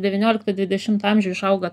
devynioliktą dvidešimtą amžių išauga